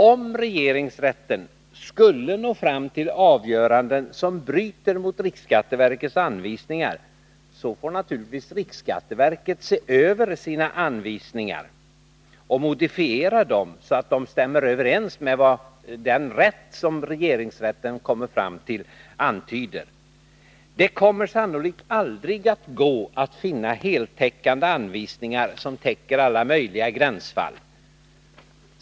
Om regeringsrätten skulle nå fram till avgöranden som bryter mot riksskatteverkets anvisningar, får riksskatteverket naturligtvis modifiera sina anvisningar, så att de stämmer överens med det som regeringsrätten kommer fram till. Det kommer sannolikt aldrig att gå att finna anvisningar som täcker alla möjliga gränsfall.